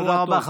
תודה רבה.